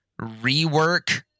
rework